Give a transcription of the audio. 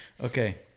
Okay